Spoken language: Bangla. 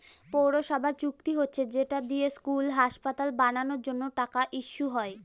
পৌরসভার চুক্তি হচ্ছে যেটা দিয়ে স্কুল, হাসপাতাল বানানোর জন্য টাকা ইস্যু হয়